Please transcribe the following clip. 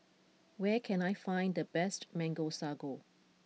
where can I find the best Mango Sago